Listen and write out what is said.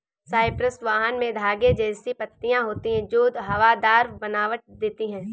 Cyprus vine में धागे जैसी पत्तियां होती हैं जो हवादार बनावट देती हैं